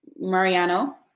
Mariano